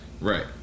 Right